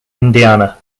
indiana